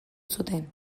zuten